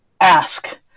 Ask